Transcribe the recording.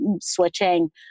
switching